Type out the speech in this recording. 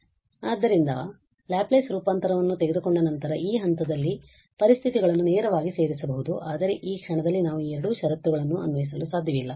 ಆದ್ದರಿಂದ ಲ್ಯಾಪ್ಲೇಸ್ ರೂಪಾಂತರವನ್ನು ತೆಗೆದುಕೊಂಡ ನಂತರ ಈ ಹಂತದಲ್ಲಿ ಈ ಪರಿಸ್ಥಿತಿಗಳನ್ನು ನೇರವಾಗಿ ಸೇರಿಸಬಹುದು ಆದರೆ ಈ ಕ್ಷಣದಲ್ಲಿ ನಾವು ಈ ಎರಡು ಷರತ್ತುಗಳನ್ನು ಅನ್ವಯಿಸಲು ಸಾಧ್ಯವಿಲ್ಲ